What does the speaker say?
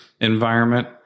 environment